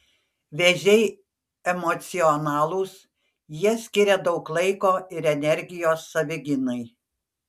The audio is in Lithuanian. vėžiai emocionalūs jie skiria daug laiko ir energijos savigynai